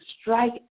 strike